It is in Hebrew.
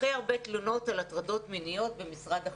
הכי הרבה תלונות על הטרדות מיניות במשרד החינוך.